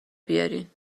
بیارین